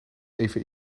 even